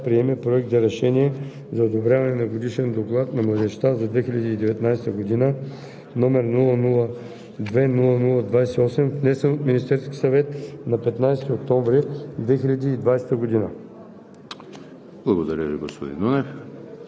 при следните резултати: „за“ 11, „против“ 7, въздържали се няма, Комисията по вътрешна сигурност и обществен ред предлага на Народното събрание да приеме Проект за решение за одобряване на Годишен доклад за младежта за 2019 г., №